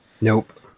nope